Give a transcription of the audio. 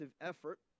effort